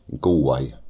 Galway